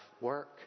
work